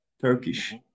turkish